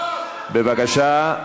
בבקשה.